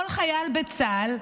כל חייל בצה"ל,